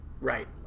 Right